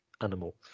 animal